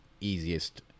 easiest